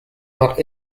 not